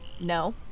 No